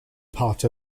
part